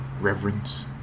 reverence